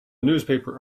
newspaper